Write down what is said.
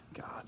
God